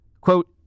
Quote